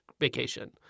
Vacation